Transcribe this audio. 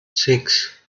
six